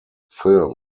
film